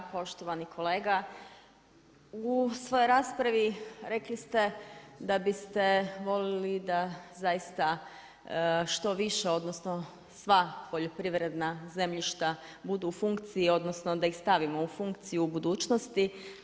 Poštovani kolega, u svojoj raspravi rekli ste da biste voljeli da zaista što više, odnosno, sva poljoprivredna zemljišta budu u funkciji, odnosno, da ih stavimo u funkciju u budućnosti.